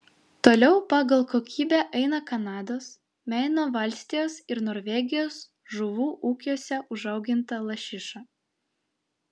toliau pagal kokybę eina kanados meino valstijos ir norvegijos žuvų ūkiuose užauginta lašiša